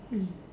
mm